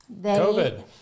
COVID